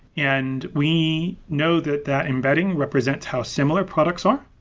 and we know that that embedding represents how similar products are.